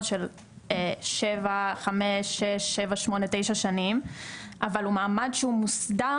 של 7-9 שנים אבל הוא מעמד שהוא מוסדר